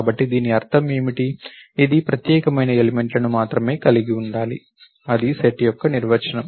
కాబట్టి దీని అర్థం ఏమిటి ఇది ప్రత్యేకమైన ఎలిమెంట్ లను మాత్రమే కలిగి ఉండాలి అది సెట్ యొక్క నిర్వచనం